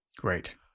Great